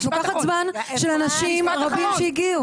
את לוקחת זמן של אנשים רבים שהגיעו.